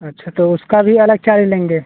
अच्छा तो उसका भी अलग चार्ज लेंगे